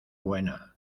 buena